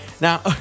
Now